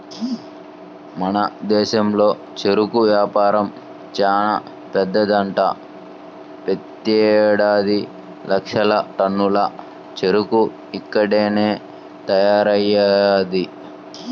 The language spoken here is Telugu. మన దేశంలో చెరుకు వ్యాపారం చానా పెద్దదంట, ప్రతేడాది లక్షల టన్నుల చెరుకు ఇక్కడ్నే తయారయ్యిద్ది